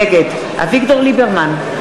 נגד אביגדור ליברמן,